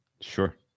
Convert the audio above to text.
Sure